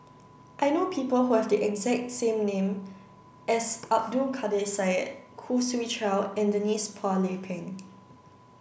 I know people who have the exact same name as Abdul Kadir Syed Khoo Swee Chiow and Denise Phua Lay Peng